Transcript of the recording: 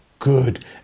Good